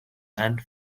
and